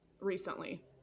recently